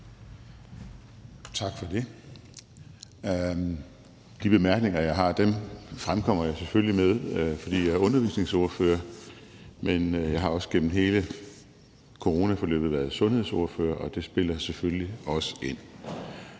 Tak for det. De bemærkninger, jeg har, fremkommer jeg selvfølgelig med, fordi jeg er undervisningsordfører, men jeg har også igennem hele coronaforløbet været sundhedsordfører. Det spiller selvfølgelig også ind.